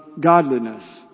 godliness